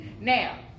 Now